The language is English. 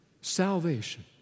salvation